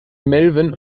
melvin